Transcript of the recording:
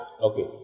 Okay